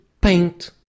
paint